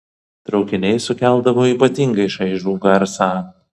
traukiniai sukeldavo ypatingai šaižų garsą